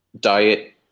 diet